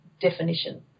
definition